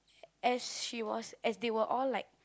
as she was as they will all like